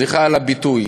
סליחה על הביטוי,